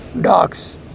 dogs